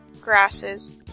grasses